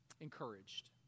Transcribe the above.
encouraged